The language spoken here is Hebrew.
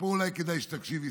ופה אולי כדאי שתקשיב,